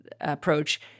approach